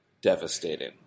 devastating